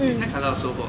你猜看到收获